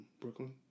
Brooklyn